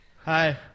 hi